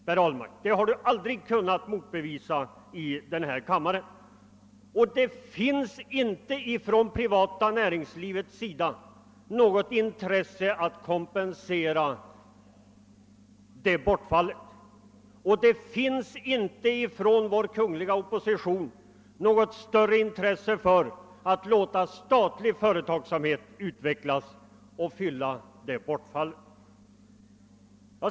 Detta har herr Ahlmark aldrig kunnat motbevisa i denna kammare. Och det finns inte något intresse inom det privata näringslivet att kompensera det bortfallet med annan ny sysselsättning i Norrland och inte finns det heller från vår kungliga opposition något större intresse för att låta statlig företagsamhet utvecklas och ersätta bortfallet.